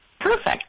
Perfect